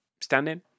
standing